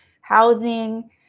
housing